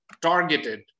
targeted